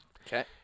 okay